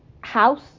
house